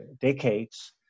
decades